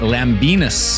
Lambinus